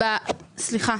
סליחה,